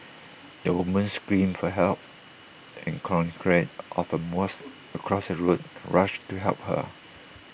the woman screamed for help and congregants of A mosque across the road rushed to help her